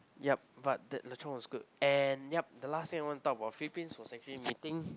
yup but the lechon was good and yup the last thing I want to talk about is Philippines was actually meeting